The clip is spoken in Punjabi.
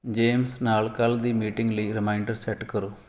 ਜੇਮਸ ਨਾਲ ਕੱਲ੍ਹ ਦੀ ਮੀਟਿੰਗ ਲਈ ਰੀਮਾਈਂਡਰ ਸੈੱਟ ਕਰੋ